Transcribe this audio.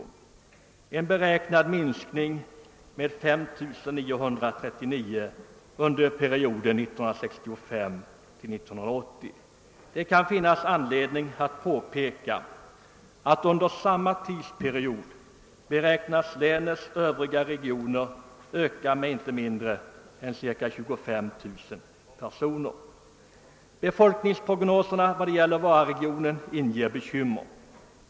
Detta innebär en beräknad minskning med 5 939 personer under perioden 1965—1980. Det kan finnas anledning att påpeka, att länets övriga regioner under samma tidsperiod beräknas öka med inte mindre än ca 25 000 personer. Befolkningsprognoserna för Vararegionen inger bekymmer.